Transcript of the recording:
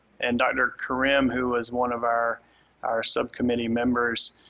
and dr. karim, who was one of our our subcommittee members,